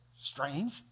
strange